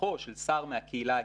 לפתחו של שר מהקהילה הגאה,